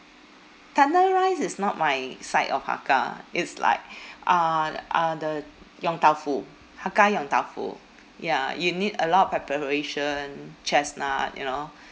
thunder rice is not my side of hakka is like uh uh the yong tau foo hakka yong tau foo ya you need a lot of preparation chestnut you know